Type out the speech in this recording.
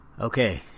Okay